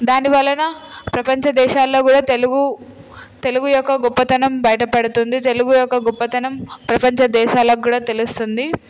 దాని వలన ప్రపంచ దేశాల్లో కూడా తెలుగు తెలుగు యొక్క గొప్పతనం బయటపడుతుంది తెలుగు యొక్క గొప్పతనం ప్రపంచ దేశాలకు కూడా తెలుస్తుంది